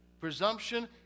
Presumption